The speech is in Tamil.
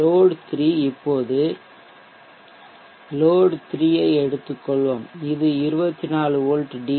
லோட் 3 இப்போது லோட் 3 ஐ எடுத்துக்கொள்வோம் இது 24 வோல்ட் டி